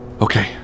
Okay